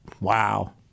Wow